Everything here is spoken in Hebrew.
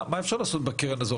מה אפשר לעשות בקרן שכזו?